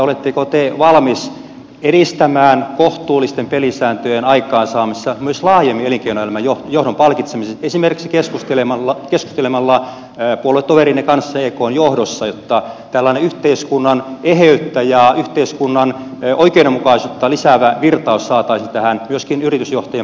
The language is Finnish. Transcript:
oletteko te valmis edistämään kohtuullisten pelisääntöjen aikaansaamista myös laajemmin elinkeinoelämän johdon palkitsemisessa esimerkiksi keskustelemalla puoluetoverienne kanssa ekn johdossa jotta tällainen yhteiskunnan eheyttä ja yhteiskunnan oikeudenmukaisuutta lisäävä virtaus saataisiin tähän myöskin yritysjohtajien palkkausten osalta